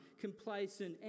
complacent